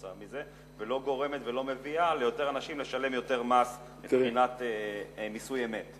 ולא גורמים ולא מביאים יותר אנשים לשלם יותר מס מבחינת מיסוי אמת.